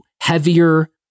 heavier